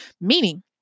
Meaning